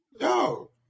yo